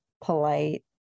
polite